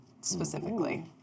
specifically